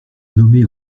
nommé